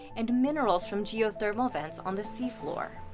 and minerals from geothermal vents on the sea floor.